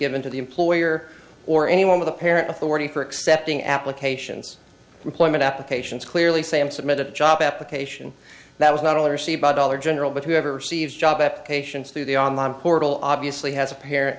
given to the employer or any one of the parent authority for accepting applications employment applications clearly same submitted job application that was not only received by dollar general but whoever receives job applications through the online portal obviously has a parent